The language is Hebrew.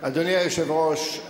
אדוני היושב-ראש,